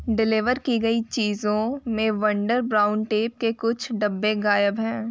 deliver की गयी चीज़ों में वंडर ब्राउन टेप के कुछ डब्बे गायब हैं